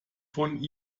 von